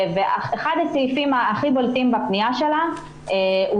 אחד הסעיפים הכי בולטים בפנייה שלה הוא